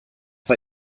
war